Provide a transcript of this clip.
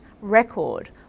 record